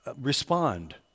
respond